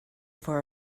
for